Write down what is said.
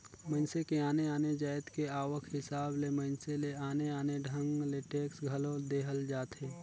मइनसे के आने आने जाएत के आवक हिसाब ले मइनसे ले आने आने ढंग ले टेक्स घलो लेहल जाथे